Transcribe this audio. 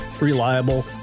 reliable